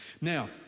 Now